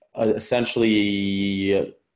essentially